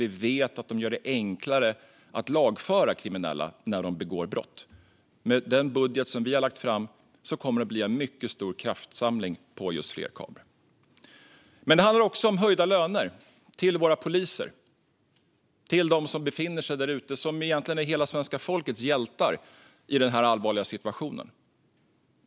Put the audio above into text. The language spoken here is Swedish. Vi vet att de gör det enklare att lagföra kriminella när de begår brott. Med den budget som vi har lagt fram kommer det att bli en mycket stor kraftsamling för just fler kameror. Men det handlar också om höjda löner till våra poliser, till dem som befinner sig där ute och som egentligen är hela svenska folkets hjältar i den här allvarliga situationen.